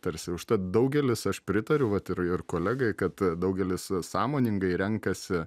tarsi užtat daugelis aš pritariu vat ir ir kolegai kad daugelis sąmoningai renkasi